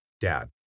Dad